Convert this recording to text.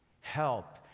help